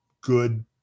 good